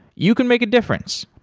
you can make a difference.